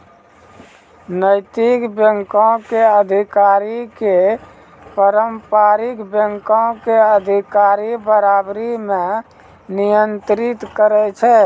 नैतिक बैंको के अधिकारी के पारंपरिक बैंको के अधिकारी बराबरी मे नियंत्रित करै छै